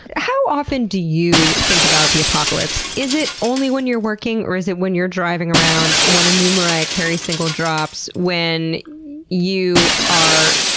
how often do you think about the apocalypse? is it only when you're working? or is it when you're driving around when a new mariah carey single drops, when you are.